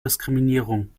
diskriminierung